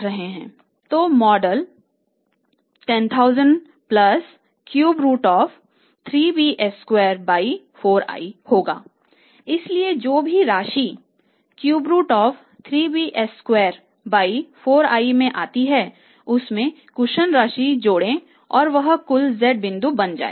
तो मॉडल 10000 होगा इसलिए जो भी राशि में आती है उसमें कुशन राशि जोड़ें और वह कुल z बिंदु बन जाएगा